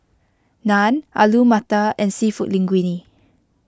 Naan Alu Matar and Seafood Linguine